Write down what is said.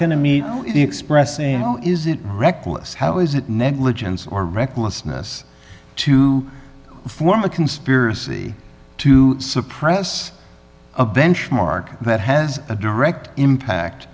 to meet the expressing how is it reckless how is it negligence or recklessness to form a conspiracy to suppress a benchmark that has a direct impact